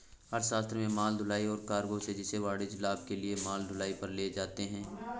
अर्थशास्त्र में माल ढुलाई एक कार्गो है जिसे वाणिज्यिक लाभ के लिए माल ढुलाई पर ले जाते है